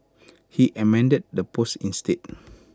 he amended the post instead